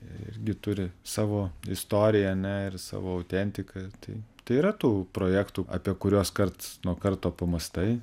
jie irgi turi savo istoriją ane ir savo autentiką tai tai yra tų projektų apie kuriuos karts nuo karto pamąstai